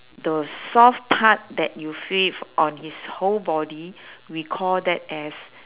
the soft part that you feel on his whole body we call that as